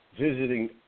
visiting